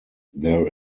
there